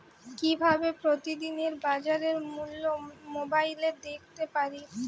কিভাবে প্রতিদিনের বাজার মূল্য মোবাইলে দেখতে পারি?